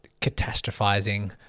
catastrophizing